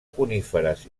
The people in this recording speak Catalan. coníferes